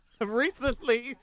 Recently